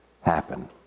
happen